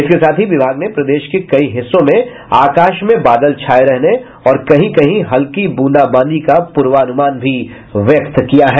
इसके साथ ही विभाग ने प्रदेश के कई हिस्सों में आकाश में बादल छाये रहने और कहीं कहीं हल्की बूंदा बांदी का पूर्वानुमान भी व्यक्त किया है